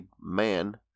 man